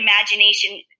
imagination